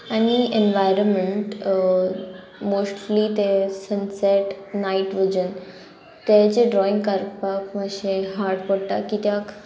आनी environment mostly ते sunset night वजन तेजे ड्रॉइंग काडपाक मातशें हाड पडटा कित्याक